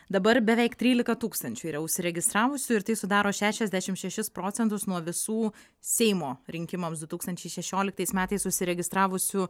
dabar beveik trylika tūkstančių yra užsiregistravusių ir tai sudaro šešiasdešimt šešis procentus nuo visų seimo rinkimams du tūkstančiai šešioliktais metais užsiregistravusių